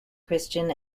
christian